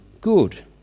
good